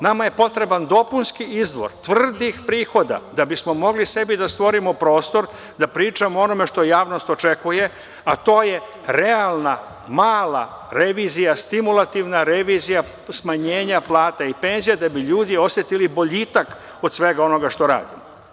Nama je potreban dopunski izvor tvrdih prihoda da bismo mogli sebi da stvorimo prostor da pričamo o onome što javnost očekuje, a to je realna, mala revizija, stimulativna revizija smanjenja plata i penzija, da bi ljudi osetili boljitak od svega onoga što rade.